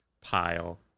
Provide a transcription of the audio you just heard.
pile